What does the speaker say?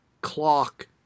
clock